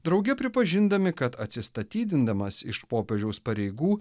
drauge pripažindami kad atsistatydindamas iš popiežiaus pareigų